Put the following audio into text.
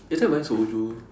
later buying soju